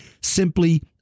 simply